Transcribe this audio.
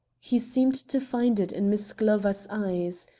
he seemed to find it in miss glover's eyes.